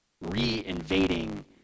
re-invading